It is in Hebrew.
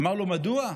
אמר לו: מדוע?